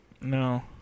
No